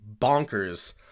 bonkers